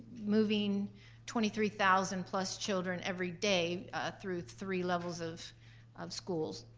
moving twenty three thousand plus children everyday through three levels of of schools,